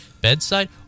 bedside